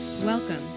Welcome